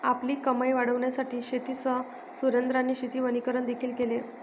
आपली कमाई वाढविण्यासाठी शेतीसह सुरेंद्राने शेती वनीकरण देखील केले